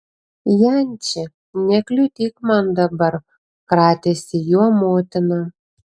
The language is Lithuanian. janči nekliudyk man dabar kratėsi juo motina